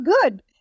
good